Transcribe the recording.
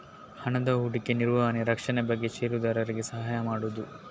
ಹಣದ ಹೂಡಿಕೆ, ನಿರ್ವಹಣೆ, ರಕ್ಷಣೆ ಬಗ್ಗೆ ಷೇರುದಾರರಿಗೆ ಸಹಾಯ ಮಾಡುದು